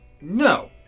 No